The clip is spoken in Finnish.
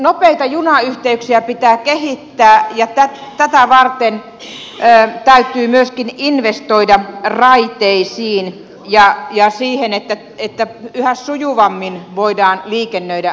nopeita junayhteyksiä pitää kehittää ja tätä varten täytyy myöskin investoida raiteisiin ja siihen että yhä sujuvammin voidaan liikennöidä raiteilla